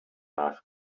masks